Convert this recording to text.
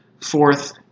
Fourth